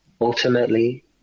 ultimately